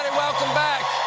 welcome back.